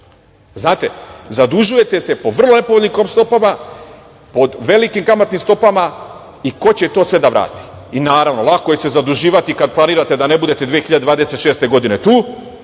Znate, zadužujete se po vrlo nepovoljnim stopama, pod velikim kamatnim stopama, i ko će sve to da vrati? Naravno, lako je zaduživati se kada planirate da ne budete 2026. godine tu,